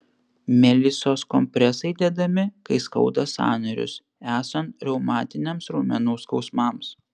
melisos kompresai dedami kai skauda sąnarius esant reumatiniams raumenų skausmams